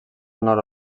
nord